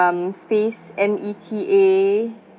space M E T A